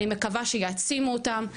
אני מקווה שיעצימו אותם,